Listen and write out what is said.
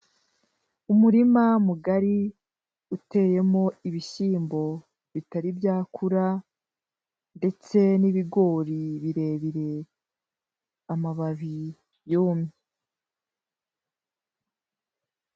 Umurima mugari uteyemo ibishyimbo bitari byakura ndetse n'ibigori birebire amababi yumye.